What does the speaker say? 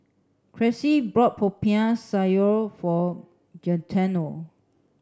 Cressie bought Popiah Sayur for Gaetano